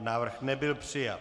Návrh nebyl přijat.